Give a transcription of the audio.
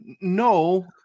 No